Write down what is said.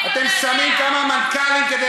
אתם עם הממשלה הזאת,